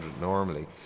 normally